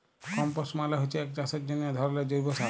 compost মালে হচ্যে এক চাষের জন্হে ধরলের জৈব সার